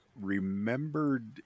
remembered